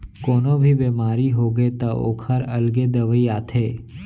कोनो भी बेमारी होगे त ओखर अलगे दवई आथे